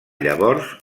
llavors